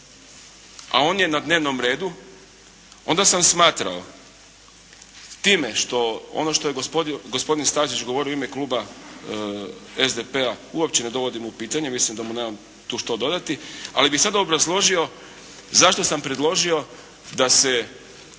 a on je na dnevnom redu onda sam smatrao time što, ono što je gospodin Stazić govorio u ime kluba SDP-a uopće ne dovodim u pitanje, mislim da mu nemam tu što dodati, ali bih sad obrazložio zašto sam predložio da se